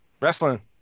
wrestling